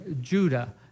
Judah